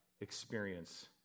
experience